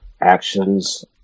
actions